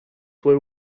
were